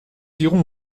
irons